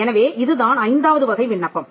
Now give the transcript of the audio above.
எனவே இதுதான் ஐந்தாவது வகை விண்ணப்பம்